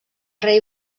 rei